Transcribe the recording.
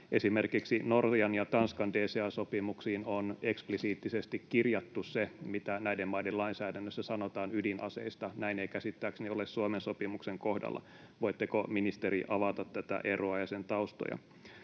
Esimerkiksi Norjan ja Tanskan DCA-sopimuksiin on eksplisiittisesti kirjattu se, mitä näiden maiden lainsäädännössä sanotaan ydinaseista. Näin ei käsittääkseni ole Suomen sopimuksen kohdalla. Voitteko, ministeri, avata tätä eroa ja sen taustoja?